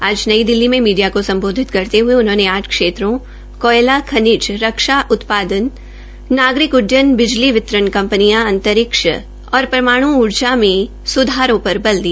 आज नई दिल्ली में मीडिया को संबोधित करते हुए उन्होंने आठ क्षेत्रों कोयला खनिज रक्षा उत्पादन नागरिक उड्यन बिजली वितरण कंपनियां अंतरिक्ष तथा परमाणु उर्जा में सुधारों पर बल दिया